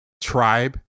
tribe